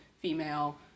female